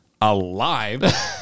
alive